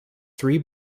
three